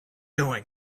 going